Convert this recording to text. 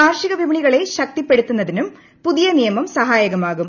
കാർഷിക വിപണികളെ ശക്തി പ്പെടുത്തുന്നതിനും പുതിയനിയമം സഹായകമാകും